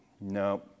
no